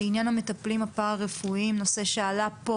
לעניין המטפלים הפרא רפואיים נושא שעלה פה